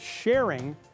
sharing